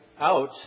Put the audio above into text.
out